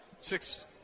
six